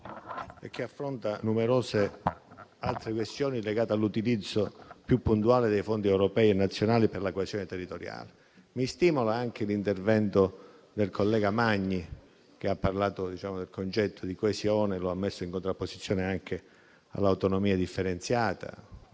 e affronta numerose altre questioni legate all'utilizzo più puntuale dei fondi europei e nazionali per la coesione territoriale. Mi stimola anche l'intervento del collega Magni, che ha parlato del concetto di coesione e lo ha messo in contrapposizione all'autonomia differenziata